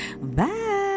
Bye